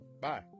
bye